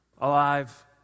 alive